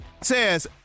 says